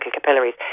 capillaries